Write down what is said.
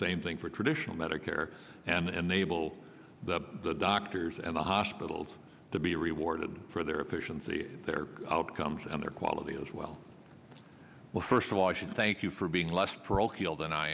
same thing for traditional medicare and able the doctors and the hospitals to be rewarded for their efficiency their outcomes and their quality as well well first of all i should thank you for being less parochial than i